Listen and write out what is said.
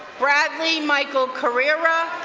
bradley michael carrera,